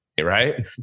Right